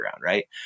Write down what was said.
right